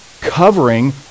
Covering